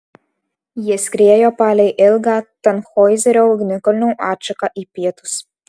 jie skriejo palei ilgą tanhoizerio ugnikalnių atšaką į pietus